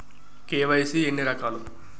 KYC ఎన్ని రకాలు?